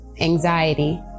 anxiety